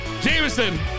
Jameson